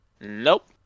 nope